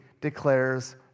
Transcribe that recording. declares